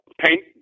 paint